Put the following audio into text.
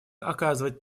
оказывать